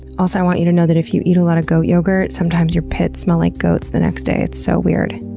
also, i want you to know that if you eat a lot of goat yogurt, sometimes your pits smell like goats the next day. it's so weird.